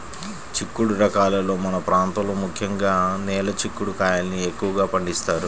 చిక్కుడు రకాలలో మన ప్రాంతంలో ముఖ్యంగా నేల చిక్కుడు కాయల్ని ఎక్కువగా పండిస్తారు